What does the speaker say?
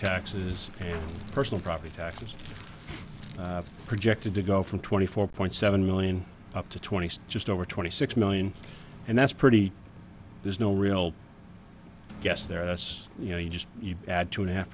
taxes and personal property taxes projected to go from twenty four point seven million up to twenty just over twenty six million and that's pretty there's no real guess there us you know you just add two and a half